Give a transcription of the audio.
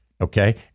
Okay